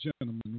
Gentlemen